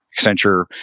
Accenture